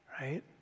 right